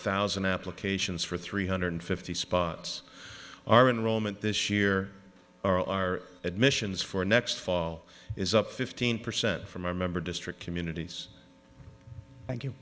thousand applications for three hundred fifty spots are in rome at this year are admissions for next fall is up fifteen percent from our member district communities thank you